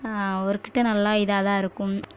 அவர் கிட்ட நல்லா இதாக தான் இருக்கும்